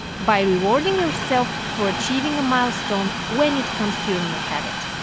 by rewarding yourself for achieving a milestone when it comes to your new habit.